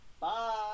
Bye